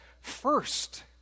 first